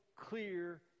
clear